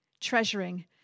treasuring